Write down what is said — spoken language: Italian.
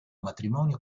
matrimonio